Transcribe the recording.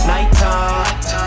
Nighttime